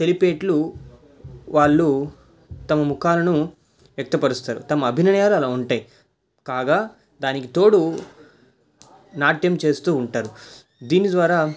తెలిపేట్లు వాళ్ళు తమ ముఖాలను వ్యక్తపరుస్తారు తమ అభినయాలు అలా ఉంటాయి కాగా దానికి తోడు నాట్యం చేస్తూ ఉంటారు దీని ద్వారా